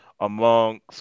amongst